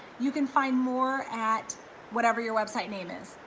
you can find more at whatever your website name is,